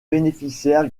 bénéficiaire